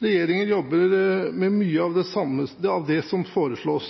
Regjeringen jobber med mye av det som foreslås.